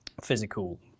physical